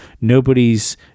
nobody's